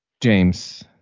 James